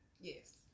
Yes